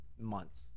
months